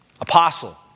Apostle